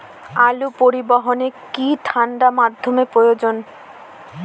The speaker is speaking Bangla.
আলু পরিবহনে কি ঠাণ্ডা মাধ্যম প্রয়োজন?